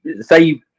say